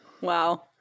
Wow